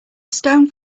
stone